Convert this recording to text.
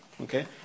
Okay